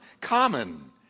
common